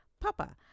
Papa